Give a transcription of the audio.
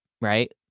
right